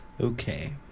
Okay